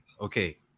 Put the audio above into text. Okay